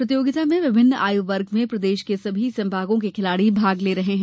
प्रतियोगिता में विभिन्न आयु वर्ग में प्रदेश के सभी संभागों के खिलाड़ी भाग ले रहे हैं